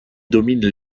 domine